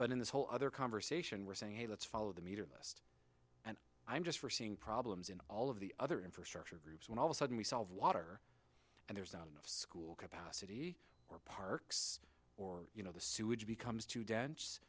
but in this whole other conversation we're saying hey let's follow the meter list and i'm just for seeing problems in all of the other infrastructure groups when all the sudden we solve water and there's not enough school capacity or parks or you know the sewage becomes too d